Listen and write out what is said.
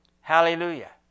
Hallelujah